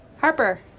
Harper